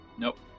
Nope